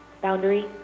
Boundary